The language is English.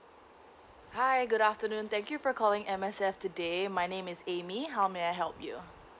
hi good afternoon thank you for calling M_S_F today my name is Amy how may I help you